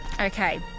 Okay